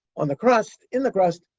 on the crust, in the crust,